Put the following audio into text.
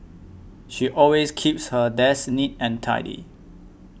she always keeps her desk neat and tidy